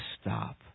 stop